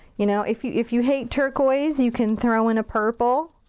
you know, if you if you hate turquoise, you can throw in a purple.